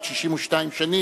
בת 62 השנים,